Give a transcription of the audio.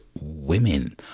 women